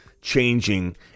changing